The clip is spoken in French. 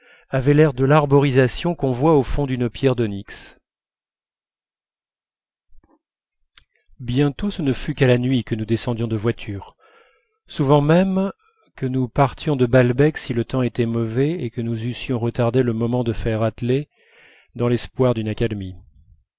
avait l'air de l'arborisation qu'on voit au fond d'une pierre d'onyx bientôt ce ne fut qu'à la nuit que nous descendions de voiture souvent même que nous partions de balbec si le temps était mauvais et que nous eussions retardé le moment de faire atteler dans l'espoir d'une accalmie